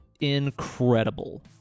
incredible